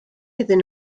iddyn